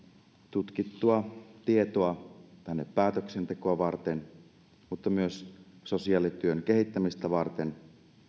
tutkittua tietoa tänne päätöksentekoa varten mutta myös sosiaalityön kehittämistä varten